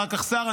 אחר כך שר.